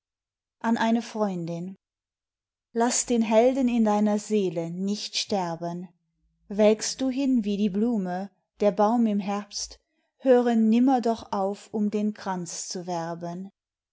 an eine freundin laß den helden in deiner seele nicht sterben welkst du hin wie die blume der baum im herbst höre nimmer doch auf um den kranz zu werben